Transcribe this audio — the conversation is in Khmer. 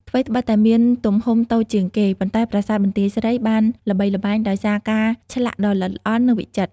ថ្វីត្បិតតែមានទំហំតូចជាងគេ ប៉ុន្តែប្រាសាទបន្ទាយស្រីបានល្បីល្បាញដោយសារការឆ្លាក់ដ៏ល្អិតល្អន់ និងវិចិត្រ។